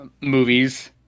movies